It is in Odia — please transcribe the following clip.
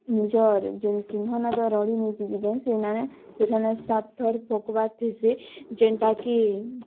ନିଜର୍ ଯେନ୍ ସିଂହନାଦ ରଡ଼ି ନାଇଁଥିସିକେ ସେନ ନେ ସେଠାନେ ସାତ୍ ଥର୍ ଫୁକବାର୍ ଥିସି ଯେନ୍ଟା କି